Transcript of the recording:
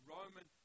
Roman